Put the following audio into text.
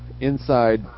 inside